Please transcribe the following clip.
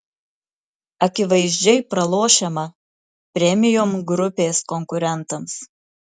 akivaizdžiai pralošiama premium grupės konkurentams